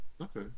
Okay